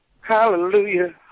Hallelujah